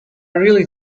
really